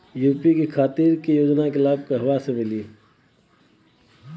UP खातिर के योजना के लाभ कहवा से मिली?